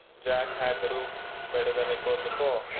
jack had the roof better than it was before,